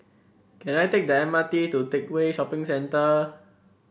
can I take the M R T to Teck Whye Shopping Center